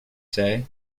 say